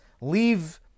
leave